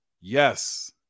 Yes